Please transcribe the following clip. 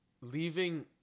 Leaving